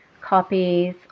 copies